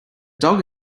dog